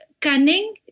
cunning